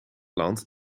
land